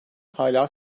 hâlâ